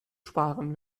sparen